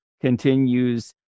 continues